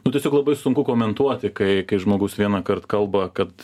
nu tiesiog labai sunku komentuoti kai kai žmogus vienąkart kalba kad